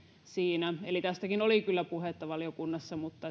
siinä eli tästäkin oli kyllä puhetta valiokunnassa mutta